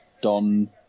Don